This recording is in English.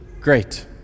great